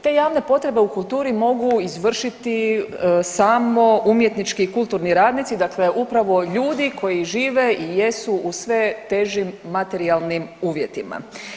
Te javne potrebe u kulturi mogu izvršiti samo umjetnički i kulturni radnici, dakle upravo ljudi koji žive i jesu u sve težim materijalnim uvjetima.